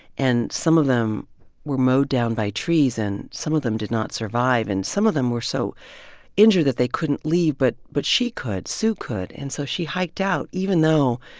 and some of them were mowed down by trees and some of them did not survive. and some of them were so injured that they couldn't leave. but but she could, sue could, and so she hiked out, even though